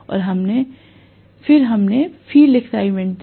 और फिर हमने फील्ड एक्साइटमेंट दिया